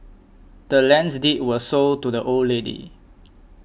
the land's deed was sold to the old lady